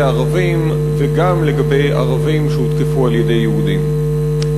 ערבים וגם לגבי ערבים שהותקפו על-ידי יהודים.